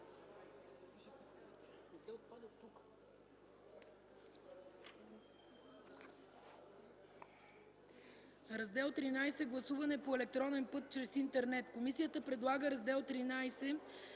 „Раздел ХІІІ – Гласуване по електронен път чрез интернет.” Комисията предлага Раздел